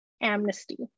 amnesty